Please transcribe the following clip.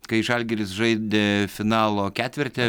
kai žalgiris žaidė finalo ketverte